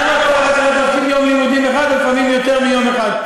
למה כל אחת צריכה ללכת להפסיד יום לימודים אחד או לפעמים יותר מיום אחד?